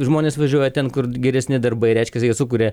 žmonės važiuoja ten kur geresni darbai reiškias jie sukuria